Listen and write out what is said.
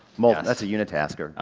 mult, that's a unitasker.